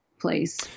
place